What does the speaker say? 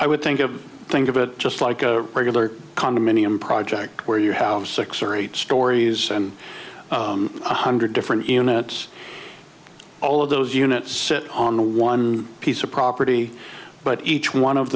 i would think of think of it just like a regular condominium project where you have six or eight stories and one hundred different units all of those units on the one piece of property but each one of